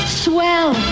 swell